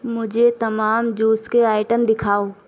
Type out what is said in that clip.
مجھے تمام جوس کے آئٹم دکھاؤ